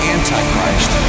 Antichrist